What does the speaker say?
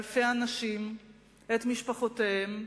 אלפי אנשים את משפחותיהם,